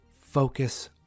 focus